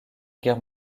guerre